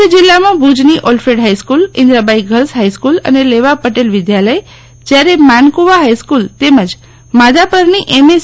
કરછ જિ લ્લામાં ભુજની ઓલ્ફેડ ફાઈસ્કુલઈન્દ્રાબાઈ ગર્લ્સ ફાઈસ્કુલ અને લેવા પટેલ વિદ્યાલય જ્યારે માનકુવા ફાઇસ્કુલ તેમજ માધાપર ની એમ એસ